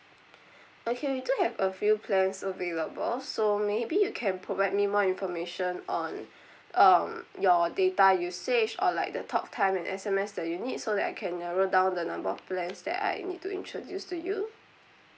okay we do have a few plans available so maybe you can provide me more information on um your data usage or like the talk time and S_M_S that you need so that I can narrow down the number of plans that I need to introduce to you